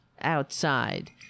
outside